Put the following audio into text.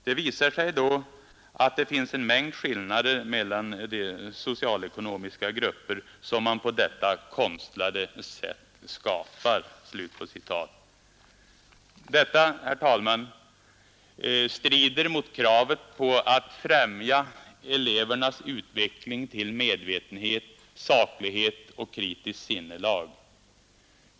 Det visar sig då att det finns en mängd skillnader mellan de socialekonomiska grupper, som man på detta konstlade sätt skapar.” Detta, herr talman, strider mot kravet på att ”främja elevernas utveckling till medvetenhet, saklighet och kritiskt sinnelag”.